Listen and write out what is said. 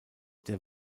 der